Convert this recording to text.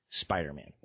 Spider-Man